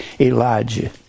Elijah